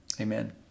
amen